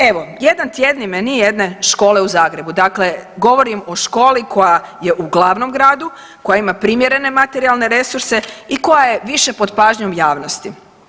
Evo jedan tjedni meni jedne škole u Zagrebu, dakle govorim o školi koja je u glavnom gradu, koja ima primjerene materijalne resurse i koja je više pod pažnjom javnosti.